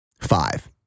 five